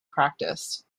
practice